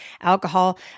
alcohol